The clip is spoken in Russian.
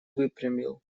выпрямил